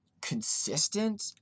consistent